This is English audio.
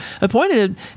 appointed